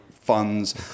funds